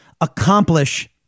accomplish